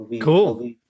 cool